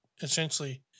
essentially